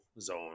zone